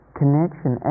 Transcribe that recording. connection